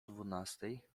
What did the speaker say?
dwunastej